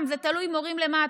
זה תלוי מורים למה.